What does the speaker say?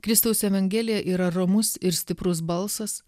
kristaus evangelija yra ramus ir stiprus balsas